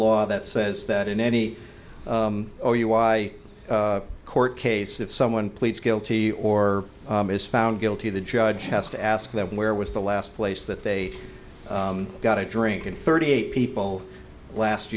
law that says that in any or you why court case if someone pleads guilty or is found guilty the judge has to ask them where was the last place that they got a drink in thirty eight people last